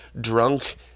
drunk